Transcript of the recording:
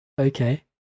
okay